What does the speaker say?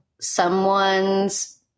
someone's